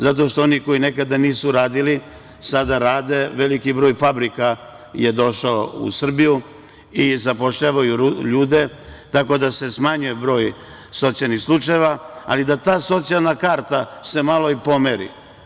Zato što oni koji nekada nisu radili, sada rade veliki broj fabrika je došao u Srbiju i zapošljavaju ljude, tako da se smanjuje broj socijalnih slučajeva, ali da ta socijalna karta se malo i pomeri.